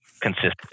consistent